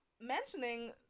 Mentioning